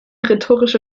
rhetorische